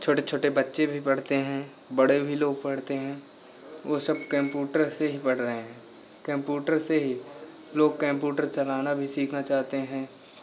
छोटे छोटे बच्चे भी पढ़ते हैं बड़े भी लोग पढ़ते हैं वह सब कम्पूटर से ही पढ़ रहे हैं कम्पूटर से ही लोग कम्पूटर चलाना भी सीखना चाहते हैं